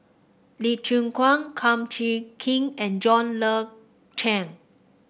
Lee Chin Koon Kum Chee Kin and John Le Cain